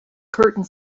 curtain